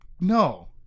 no